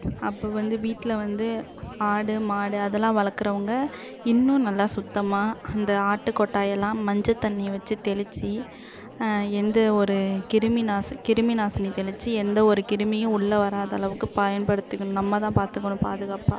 அப்போ வந்து வீட்டில் வந்து ஆடு மாடு அதெல்லாம் வளர்க்குறவங்க இன்னும் நல்லா சுத்தமாக அந்த ஆட்டு கொட்டாயெல்லாம் மஞ்சள் தண்ணி வச்சு தெளித்து எந்த ஒரு கிருமிநாசி கிருமிநாசினி தெளித்து எந்த ஒரு கிருமியும் உள்ள வராத அளவுக்கு பயன்படுத்திக்கணும் நம்ம தான் பார்த்துக்கணும் பாதுகாப்பாக